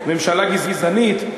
ממשלה גזענית,